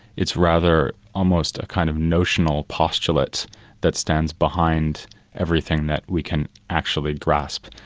it's rather almost a kind of notional postulate that stands behind everything that we can actually grasp.